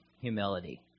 humility